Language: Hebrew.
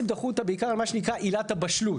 דחו אותה בעיקר על מה שנקרא עילת הבשלות.